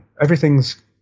Everything's